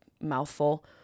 mouthful